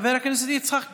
חבר הכנסת יצחק פינדרוס,